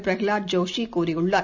Pralhad ஜோஷிகூறியுள்ளார்